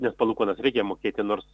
nes palūkanas reikia mokėti nors